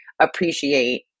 appreciate